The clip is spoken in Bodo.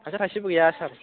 फायसा थायसेबो गैया सार